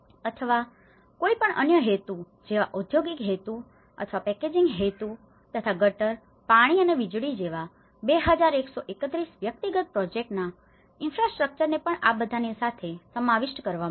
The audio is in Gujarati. અથવા કોઈપણ અન્ય હેતુઓ જેવા ઓદ્યોગિક હેતુઓ અથવા પેકેજિંગ હેતુઓ તથા ગટર પાણી અને વીજળી જેવા 2131 વ્યક્તિગત પ્રોજેક્ટ્સના ઇનફ્રાસ્ટ્રક્ચરને પણ આ બધાની સાથે સમાવિષ્ટ કરવામાં આવ્યા